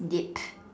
yep